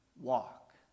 walk